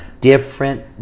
different